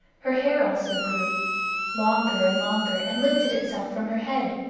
her hair also grew longer and longer, and lifted itself from her head,